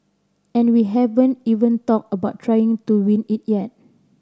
and we haven't even talked about trying to win it yet